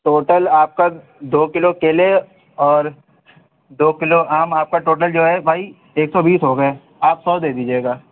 total آپ کا دو کلو کیلے اور دو کلو آم آپ کا ٹوٹل جو ہے بھائی ایک سو بیس ہو گئے آپ سو دے دیجیے گا